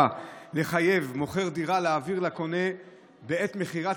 החוק בא לחייב מוכר דירה להעביר לקונה בעת מכירת